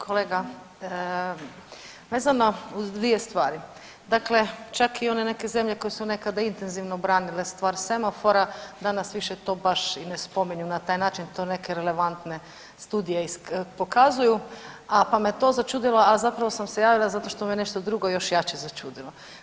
Kolega, vezano uz dvije stvari, dakle čak i one neke zemlje koje su nekada intenzivno branile stvar semafora danas više to baš i ne spominju na taj način, to neke relevantne studije pokazuju, pa me to začudilo, a zapravo sam se javila zato što me nešto drugo još jače začudilo.